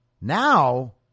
Now